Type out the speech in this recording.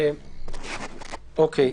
מיכל,